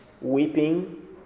weeping